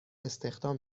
استخدام